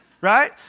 right